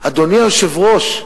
אדוני היושב-ראש,